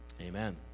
Amen